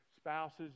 Spouses